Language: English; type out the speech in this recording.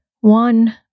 One